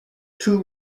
two